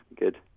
Good